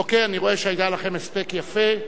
אוקיי, אני רואה שהיה לכם הספק יפה.